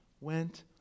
went